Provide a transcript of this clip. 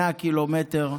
100 קילומטר,